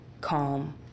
calm